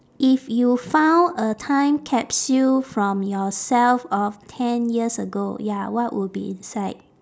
if you found a time capsule from yourself of ten years ago ya what would be inside